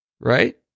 right